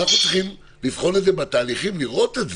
אנחנו צריכים לבחון את זה בתהליכים, לראות את זה.